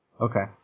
Okay